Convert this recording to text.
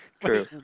True